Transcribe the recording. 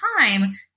time